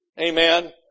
Amen